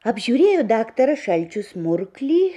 apžiūrėjo daktaras šalčius murklį